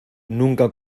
nunca